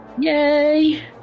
Yay